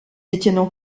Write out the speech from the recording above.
détiennent